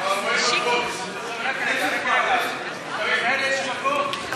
הציוני וקבוצת סיעת מרצ לסעיף 4 לא נתקבלה.